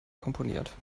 komponiert